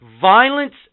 Violence